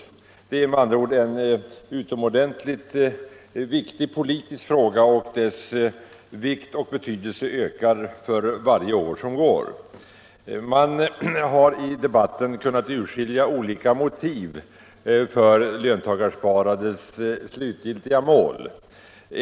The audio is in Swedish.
Detta är med andra ord en utomordentligt viktig politisk fråga, och dess vikt och betydelse ökar för varje år som går. Man har i debatten kunnat urskilja olika motiv för löntagarsparandets slutgiltiga mål.